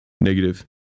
Negative